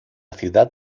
ciudad